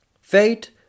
Fate